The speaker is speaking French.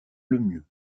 lemieux